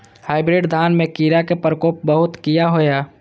Hybrid धान में कीरा के प्रकोप बहुत किया होया?